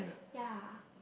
ya